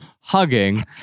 hugging